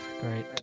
Great